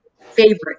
favorite